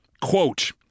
Quote